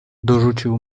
dorzucił